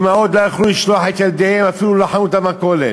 אימהות לא יכלו לשלוח את ילדיהן אפילו לחנות המכולת,